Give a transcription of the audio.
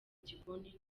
gikoni